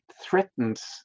threatens